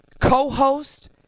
co-host